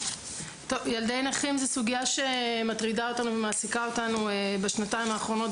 ילדי נכים היא סוגיה שמטרידה אותנו ומעסיקה אותנו בשנתיים האחרונות,